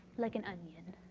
like an onion.